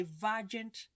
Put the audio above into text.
divergent